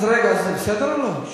אז רגע, זה בסדר או לא?